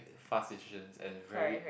fast decisions and very